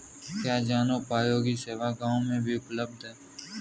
क्या जनोपयोगी सेवा गाँव में भी उपलब्ध है?